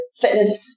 fitness